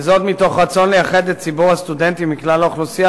וזאת מתוך רצון לייחד את ציבור הסטודנטים מכלל האוכלוסייה,